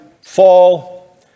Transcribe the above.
fall